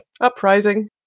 uprising